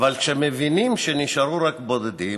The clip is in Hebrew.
אבל כשמבינים שנשארו רק בודדים,